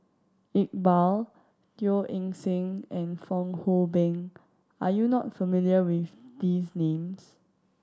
Iqbal Teo Eng Seng and Fong Hoe Beng are you not familiar with these names